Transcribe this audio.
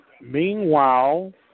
Meanwhile